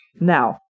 now